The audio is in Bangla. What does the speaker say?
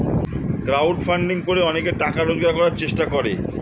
ক্রাউড ফান্ডিং করে অনেকে টাকা রোজগার করার চেষ্টা করে